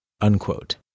unquote